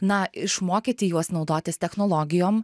na išmokyti juos naudotis technologijom